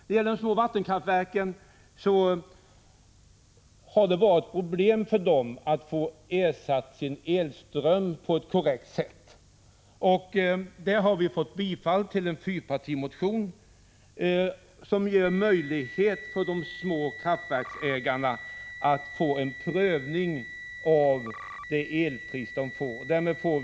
De små vattenkraftverken har haft problem att på ett korrekt sätt få ersättning för sin elström. Där har utskottet tillstyrkt en fyrpartimotion, som ger möjlighet för de små kraftverksägarna att få till stånd en prövning av skäligheten i den ersättning de får för levererad elström.